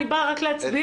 אני באה רק להצביע והולכת.